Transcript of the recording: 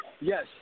Yes